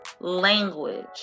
language